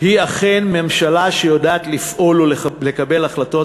היא אכן ממשלה שיודעת לפעול ולקבל החלטות,